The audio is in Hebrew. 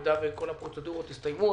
אם כל הפרוצדורות יסתיימו,